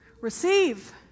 Receive